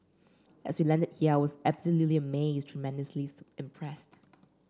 as we landed here I was absolutely amazed tremendously impressed